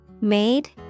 Made